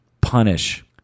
punish